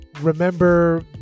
remember